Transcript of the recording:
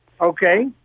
Okay